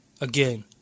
Again